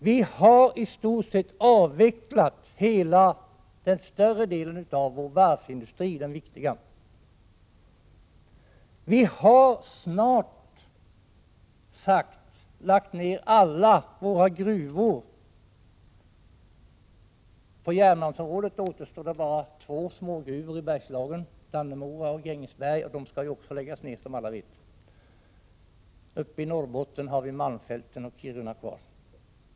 Vi har i stort sett avvecklat hela, eller åtminstone den större delen av, vår viktiga varvsindustri. Vi har lagt ned snart sagt alla våra gruvor. På järnmalmsområdet återstår bara två smågruvor i Bergslagen, Dannemora och Grängesberg, och de skall ju också läggas ned, som alla vet. Uppe i Norrbotten har vi kvar malmfälten och Kiruna.